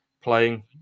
playing